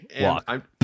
Walk